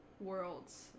worlds